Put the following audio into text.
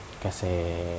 kasi